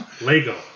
Lego